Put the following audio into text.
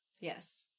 Yes